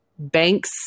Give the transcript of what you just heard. Banks